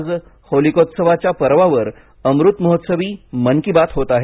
आज होलिकोत्सवाच्या पर्वावर अमृतमहोत्सवी मन की बात होत आहे